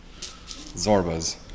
Zorba's